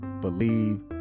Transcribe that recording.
believe